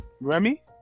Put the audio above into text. Remy